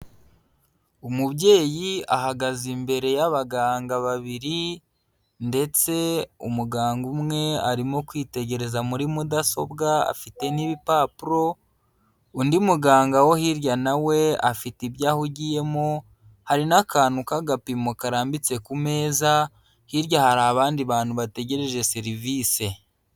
Umubyeyi ahagaze imbere y'abaganga babiri ndetse umuganga umwe arimo kwitegereza muri mudasobwa afite n'ibipapuro, undi muganga wo hirya na we afite ibyo ahugiyemo, hari n'akantu k'agapimo karambitse ku meza, hirya hari abandi bantu bategereje serivise.